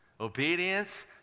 Obedience